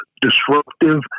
disruptive